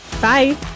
Bye